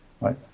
Right